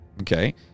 Okay